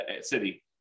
city